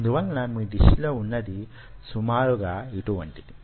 అందువలన మీ డిష్ లో ఉన్నది సుమారుగా యిటువంటిది